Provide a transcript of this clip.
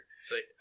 See